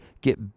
get